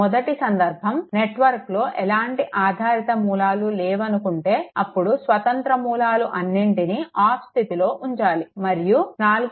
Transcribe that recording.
మొదటి సందర్భం నెట్వర్క్ లో ఎలాంటి ఆధారిత మూలాలు లేవు అనుకుంటే అప్పుడు స్వతంత్ర మూలాలు అన్నింటిని ఆఫ్ స్థితిలో ఉంచాలి మరియు 4